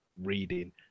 reading